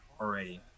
already